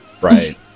Right